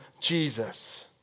Jesus